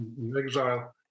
exile